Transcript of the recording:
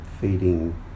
feeding